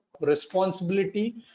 responsibility